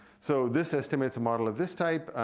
so this estimates, a model of this type